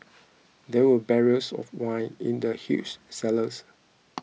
there were barrels of wine in the huge cellars